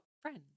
friends